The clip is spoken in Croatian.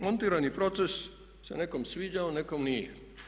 Montirani proces se nekom sviđao, nekom nije.